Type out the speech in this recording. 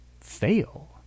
fail